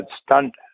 stunt